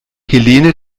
helene